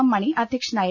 M Mani അധ്യക്ഷനായിരുന്നു